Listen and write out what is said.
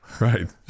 Right